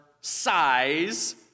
size